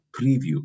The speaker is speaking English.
preview